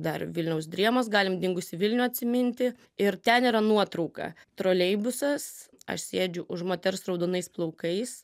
dar vilniaus drėmos galim dingusį vilnių atsiminti ir ten yra nuotrauka troleibusas aš sėdžiu už moters raudonais plaukais